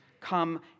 come